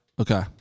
Okay